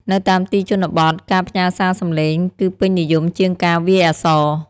នៅតាមទីជនបទការផ្ញើសារសំឡេង គឺពេញនិយមជាងការវាយអក្សរ។